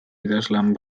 idazlan